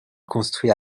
construit